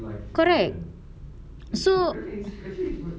correct so